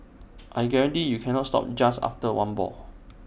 I guarantee you cannot stop just after one ball